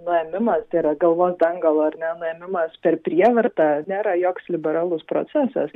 nuėmimas tai yra galvos dangalo ar ne nuėmimas per prievartą nėra joks liberalus procesas